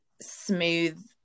smooth